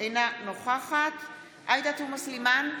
אינה נוכחת עאידה תומא סלימאן,